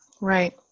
Right